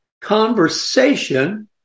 conversation